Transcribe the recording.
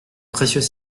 précieux